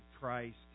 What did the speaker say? Christ